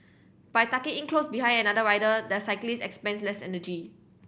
by tucking in close behind another rider the cyclist expends less energy